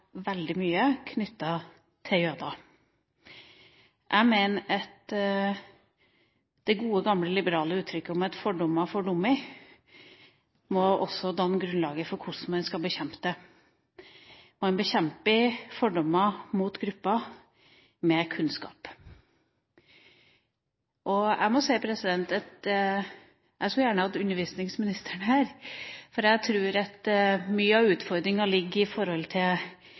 veldig mye når det gjelder jøder. Jeg mener at det gode, gamle, liberale uttrykket om at fordommer fordummer, også må danne grunnlaget for hvordan man skal bekjempe det. Man bekjemper fordommer mot grupper med kunnskap. Jeg skulle gjerne hatt undervisningsministeren her, for jeg tror at mye av utfordringa ligger i